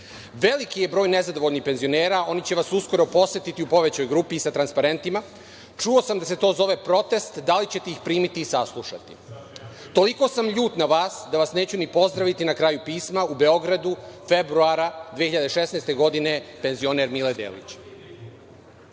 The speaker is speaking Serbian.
Veliki je broj nezadovoljnih penzionera, oni će vas uskoro posetiti u povećoj grupi i sa transparentima. Čuo sam da se to zove protest. Da li ćete ih primiti i saslušati? Toliko sam ljut na vas, da vas neću ni pozdraviti na kraju pisma.“ U Beogradu, februara 2016. godine, penzioner Mile